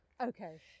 okay